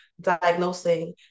diagnosing